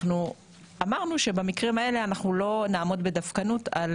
אמרנו שבמקרים האלה אנחנו לא נעמוד בדווקנות על